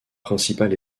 principal